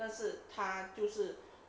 但是他就是